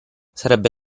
sarebbe